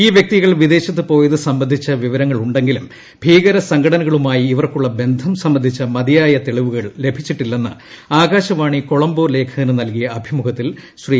ഈ വ്യക്തികൾ വിദേശത്ത് പോയത് സംബന്ധിച്ച വിവരങ്ങളുണ്ടെങ്കിലും ഭീകര സംഘടനകളുമായി ഇവർക്കുള്ള ബന്ധം സംബന്ധിച്ച മതിയായ തെളിവുകൾ ലഭിച്ചിട്ടില്ലെന്ന് ആകാശവാണി കൊളംബോ ലേഖകനു നല്കിയ അഭിമുഖത്തിൽ ശ്രീ